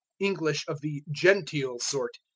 english of the genteel sort.